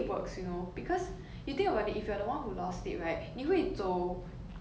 like where you went today what so you will just go back and you will find it so